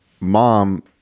mom